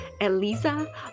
Elisa